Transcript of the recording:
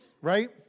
Right